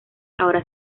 ahora